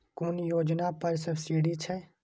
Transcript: कुन योजना पर सब्सिडी छै?